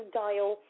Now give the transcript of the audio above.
dial